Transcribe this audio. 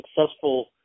successful